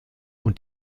und